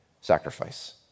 sacrifice